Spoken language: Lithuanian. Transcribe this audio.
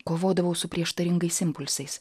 kovodavau su prieštaringais impulsais